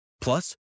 Plus